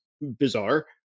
bizarre